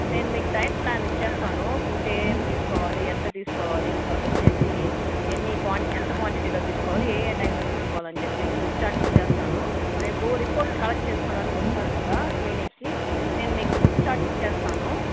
నేను మీకు diet plan ఇస్తాను ఫుడ్ ఏమేమి తీసుకోవాలి ఎంత తీసుకోవాలి తరువాత వచ్చి ఎన్ని ఎంత క్వాంటిటీలో తీసుకోవాలి ఏయే టైంలో తీసుకోవాలి అనిచెప్పి ఫుడ్ చార్ట్ ఇస్తాను రేపు రిపోర్ట్ కలెక్ట్ చేసుకోవడానికి వస్తారు కదా క్లినిక్కి నేను మీకు ఫుడ్ చార్ట్ ఇస్తాను